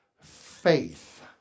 faith